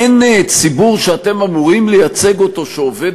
אין ציבור שאתם אמורים לייצג שעובד